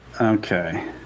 Okay